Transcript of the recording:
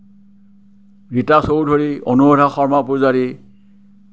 Rita Choudhury Anuradha Sharma Pujari